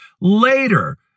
later